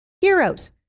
heroes